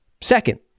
Second